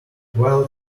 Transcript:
while